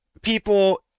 People